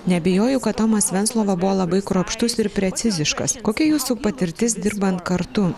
neabejoju kad tomas venclova buvo labai kruopštus ir preciziškas kokia jūsų patirtis dirbant kartu